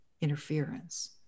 interference